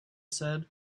said